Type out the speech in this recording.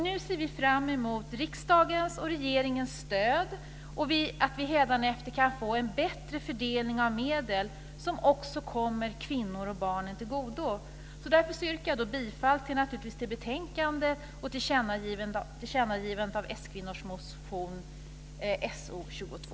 Nu ser vi fram emot riksdagens och regeringens stöd och att vi hädanefter kan få en bättre fördelning av medel som kommer kvinnor och barn till godo. Jag yrkar bifall till utskottets hemställan och till tillkännagivandet med anledning av s-kvinnornas motion So22.